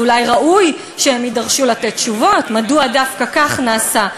אז אולי ראוי שהם יידרשו לתת תשובות מדוע דווקא כך נעשה?